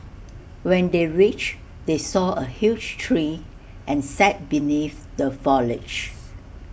when they reached they saw A huge tree and sat beneath the foliage